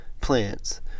plants